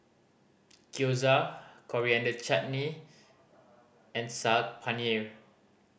Gyoza Coriander Chutney and Saag Paneer